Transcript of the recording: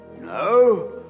No